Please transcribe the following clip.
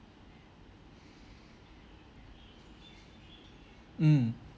mm